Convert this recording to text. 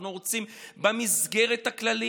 אנחנו רוצים במסגרת הכללים,